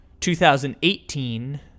2018